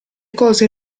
cose